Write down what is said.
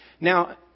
Now